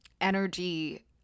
energy